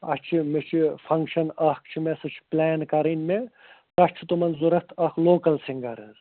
اَسہِ چھُ مےٚ چھُ فَنٛکشَن اَکھ چھُ مےٚ سُہ چھِ پُلین کَرٕنۍ مےٚ تَتھ چھِ تِمَن ضروٗرت اَکھ لوکَل سِنٛگَر حظ